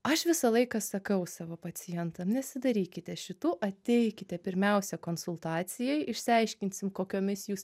aš visą laiką sakau savo pacientam nesidarykite šitų ateikite pirmiausia konsultacijai išsiaiškinsim kokiomis jūs